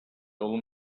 old